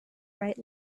right